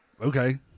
Okay